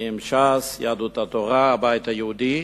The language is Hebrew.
עם ש"ס, יהדות התורה והבית היהודי,